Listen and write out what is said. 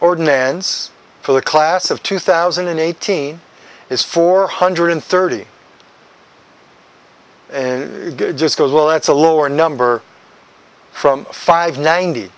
ordinance for the class of two thousand and eighteen is four hundred thirty just goes well that's a lower number from five ninety